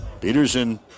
Peterson